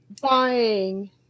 Buying